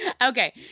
Okay